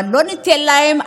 אבל לא ניתן להם,